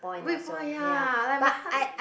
weak point ya like my heart